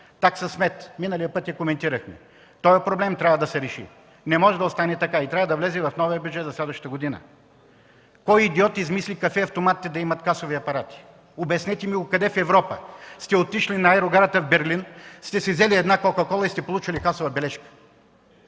нас. Миналият път коментирахме такса смет, този проблем трябва да се реши. Не може да остане така и трябва да влезе в новия бюджет за следващата година! Кой идиот измисли кафе-автоматите да имат касови апарати? Обяснете ми къде в Европа сте отишли на аерогарата в Берлин, взели сте кока кола и сте получили касова бележка?